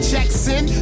Jackson